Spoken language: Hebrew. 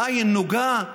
בעין נוגה?